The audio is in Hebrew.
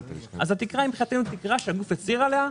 התקרה היא זאת שהגוף הצהיר עליה,